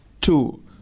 Two